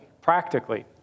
practically